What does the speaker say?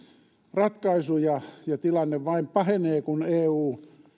ratkaisuja tilanne vain pahenee kun eu